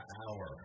hour